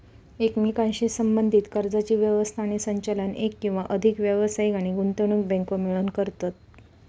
एकमेकांशी संबद्धीत कर्जाची व्यवस्था आणि संचालन एक किंवा अधिक व्यावसायिक आणि गुंतवणूक बँको मिळून करतत